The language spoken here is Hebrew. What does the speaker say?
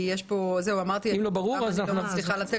אם לא ברור, אנחנו נבהיר.